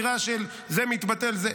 של זה מתבטל וכו'.